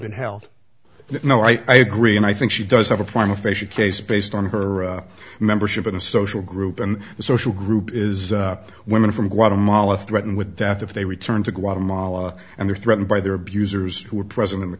been held no i agree and i think she does have a form of fish a case based on her membership in a social group and the social group is women from guatemala threatened with death if they returned to guatemala and were threatened by their abusers who were present in the